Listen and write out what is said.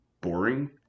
boring